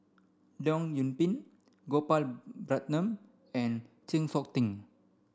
Leong Yoon Pin Gopal Baratham and Chng Seok Tin